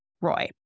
Roy